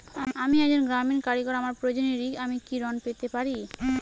আমি একজন গ্রামীণ কারিগর আমার প্রয়োজনৃ আমি কি ঋণ পেতে পারি?